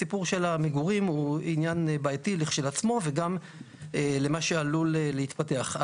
הסיפור של המגורים הוא עניין בעייתי כשלעצמו וגם מה שעלול להתפתח.